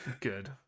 good